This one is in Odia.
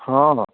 ହଁ ହଁ